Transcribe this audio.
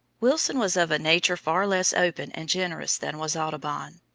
wilson was of a nature far less open and generous than was audubon.